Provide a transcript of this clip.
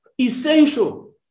essential